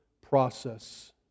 process